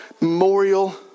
Memorial